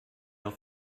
auf